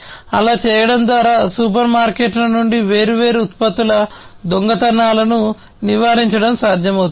అలా చేయడం ద్వారా సూపర్ మార్కెట్ల నుండి వేర్వేరు ఉత్పత్తుల దొంగతనాలను నివారించడం సాధ్యమవుతుంది